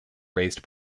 based